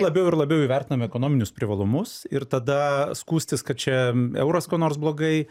labiau ir labiau įvertinam ekonominius privalumus ir tada skųstis kad čia euras ko nors blogai